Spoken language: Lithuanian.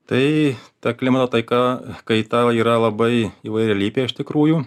tai ta klimato taika kaita yra labai įvairialypė iš tikrųjų